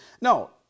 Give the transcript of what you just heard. no